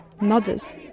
mothers